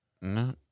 No